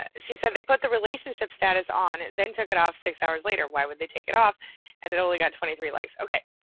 she said they put the relationship status on and then took it off six hours later, why would they take it off and it only got twenty three likes. okay,